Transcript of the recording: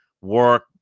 work